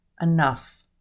enough